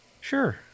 sure